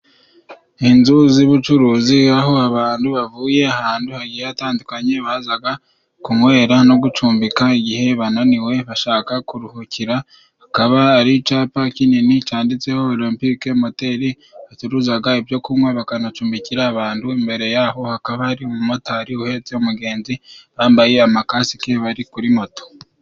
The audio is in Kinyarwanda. Inzu z'ubucuruzi, aho abantu bavuye ahantu hagiye hatandukanye bazaga kunwera no gucumbika igihe bananiwe, bashaka kuruhukira. Akaba ari icapa kinini canditseho Olempique Moteri, bacuruzaga ibyo kunywa bakanacumbikira abantu, imbere yaho hakaba hari umumotari uhetse umugenzi bambaye amakasike bari kuri moto.